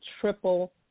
triple